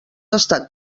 estat